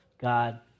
God